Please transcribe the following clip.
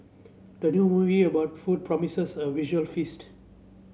the new movie about food promises a visual feast